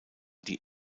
die